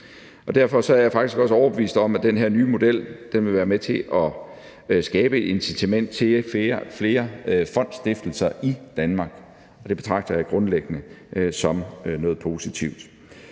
Derfor er jeg faktisk også overbevist om, at den her nye model vil være med til at skabe incitament til flere fondsstiftelser i Danmark, og det betragter jeg grundlæggende som noget positivt.